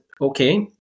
Okay